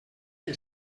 que